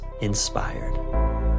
inspired